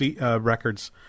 Records